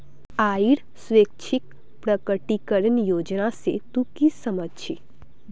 आइर स्वैच्छिक प्रकटीकरण योजना से तू की समझ छि